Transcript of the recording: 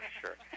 sure